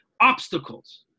obstacles